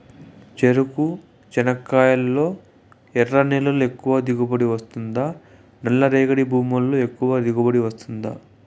చెరకు, చెనక్కాయలు ఎర్ర నేలల్లో ఎక్కువగా దిగుబడి వస్తుందా నల్ల రేగడి భూముల్లో ఎక్కువగా దిగుబడి వస్తుందా